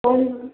home